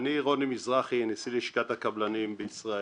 אני רוני מזרחי, נשיא לשכת הקבלנים בישראל.